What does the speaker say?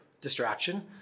distraction